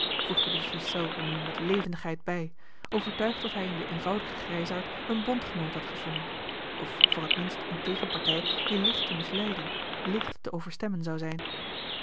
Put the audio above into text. voegde de ghiselles er nu met levendigheid bij overtuigd dat hij in den eenvoudigen grijsaard een bondgenoot had gevonden of voor t minst eene tegenpartij die licht te misleiden licht te overstemmen zou zijn